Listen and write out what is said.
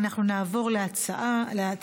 אנחנו נעבור להצבעה